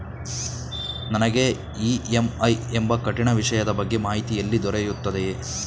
ನನಗೆ ಇ.ಎಂ.ಐ ಎಂಬ ಕಠಿಣ ವಿಷಯದ ಬಗ್ಗೆ ಮಾಹಿತಿ ಎಲ್ಲಿ ದೊರೆಯುತ್ತದೆಯೇ?